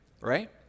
right